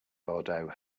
bordeaux